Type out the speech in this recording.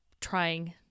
trying